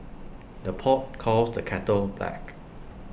the pot calls the kettle black